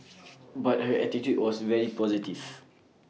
but her attitude was very positive